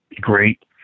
great